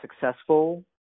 successful